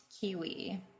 Kiwi